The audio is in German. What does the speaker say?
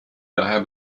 daher